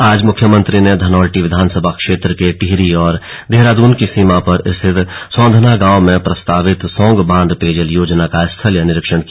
आज मुख्यमंत्री ने धनोल्टी विधानसभा क्षेत्र के टिहरी और देहरादून की सीमा पर स्थित सौंधना गांव में प्रस्तावित सौंग बांध पेयजल योजना का स्थलीय निरीक्षण किया